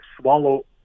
swallow